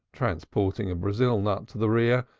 transporting a brazil nut to the rear,